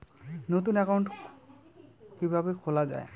নতুন একাউন্ট কিভাবে খোলা য়ায়?